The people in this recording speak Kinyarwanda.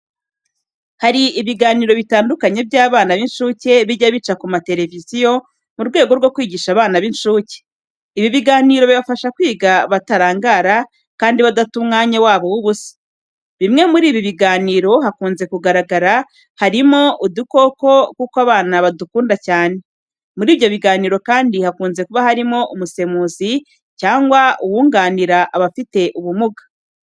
Hari ibiganiro bitandukanye by'abana b'incuke bijya bica ku mateleviziyo, mu rwego rwo kwigisha abana b'incuke. Ibi biganiro bibafasha kwiga batarangara kandi badata umwanya wabo w'ubusa. Bimwe muri ibi biganiro hakunze kugaragara, harimo udukoko kuko abana badukunda cyane. Muri ibyo biganiro kandi hakunze kuba hari umusemuzi cyangwa uwunganira abafite ubumuga.